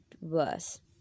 worse